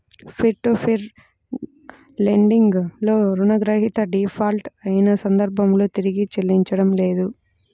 peer to peer lending లో రుణగ్రహీత default అయిన సందర్భంలో తిరిగి చెల్లించడం లేదు